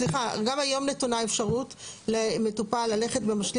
גם היום נתונה אפשרות למטופל ללכת במשלים